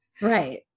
Right